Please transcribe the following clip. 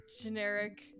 generic